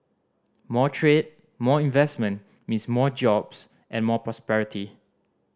more trade more investment means more jobs and more prosperity